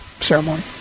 ceremony